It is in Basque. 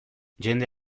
jende